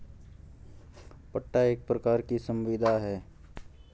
पट्टा एक प्रकार की संविदा है